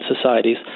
societies